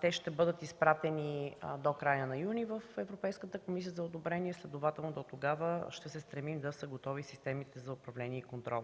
те ще бъдат изпратени до края на юни в Европейската комисия за одобрение, следователно дотогава ще се стремим да са готови системите за управление и контрол